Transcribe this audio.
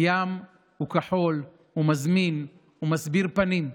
הים הוא כחול, הוא מזמין, הוא מסביר פנים,